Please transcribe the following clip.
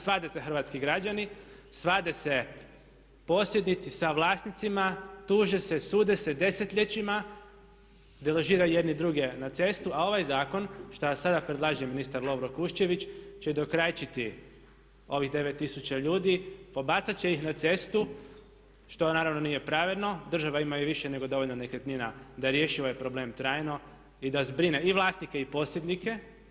Svade se hrvatski građani, svade se posjednici sa vlasnicima, tuže se, sude se desetljećima, deložiraju jedni druge na cestu a ovaj zakon šta sada predlaže ministar Lovro Kuščević će dokrajčiti ovih 9 tisuća ljudi, pobacat će ih na cestu što naravno nije pravedno, država ima i više nego dovoljno nekretnina da riješi ovaj problem trajno i da zbrine i vlasnike i posjednike.